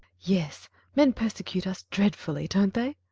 yes men persecute us dreadfully, don't they?